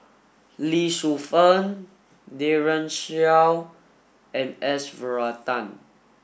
Lee Shu Fen Daren Shiau and S Varathan